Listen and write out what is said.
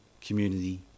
community